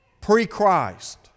pre-Christ